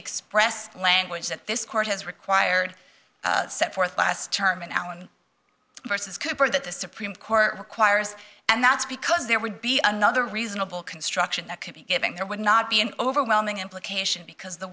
expressed language that this court has required set forth last term and alan vs cooper that the supreme court requires and that's because there would be another reasonable construction that could be given there would not be an overwhelming implication because the